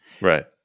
Right